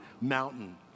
mountain